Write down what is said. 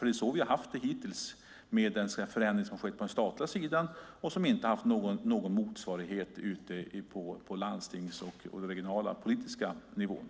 Det är så vi har haft det hittills med den förändring som skett på den statliga sidan och som inte haft någon motsvarighet på landstingsnivån och den regionala politiska nivån.